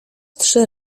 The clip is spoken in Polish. trzy